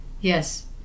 Yes